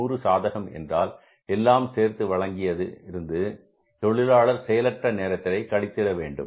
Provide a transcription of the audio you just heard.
1100 சாதகம் என்றால் எல்லாம் சேர்ந்து வழங்கியது இருந்து தொழிலாளர் செயலற்ற நேரத்தை களித்திட வேண்டும்